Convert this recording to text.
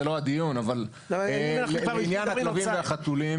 זה לא הדיון אבל לעניין הכלבים והחתולים